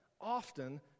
Often